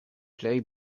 plej